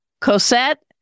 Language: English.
Cosette